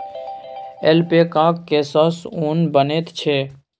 ऐल्पैकाक केससँ ऊन बनैत छै